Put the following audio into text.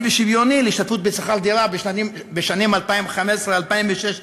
ושוויוני להשתתפות בשכר-דירה בשנים 2015 2016,